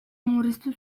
murriztu